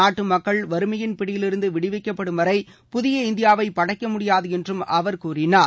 நாட்டு மக்கள் வறுமையின் பிடியிலிருந்து விடுவிக்கப்படும் வரை புதிய இந்தியாவை படைக்க முடியாது என்றும் அவர் கூறினார்